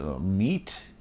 meat